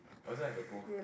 or is it like a booth